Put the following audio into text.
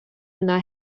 yna